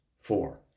four